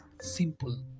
simple